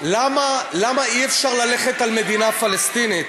למה אי-אפשר ללכת על מדינה פלסטינית.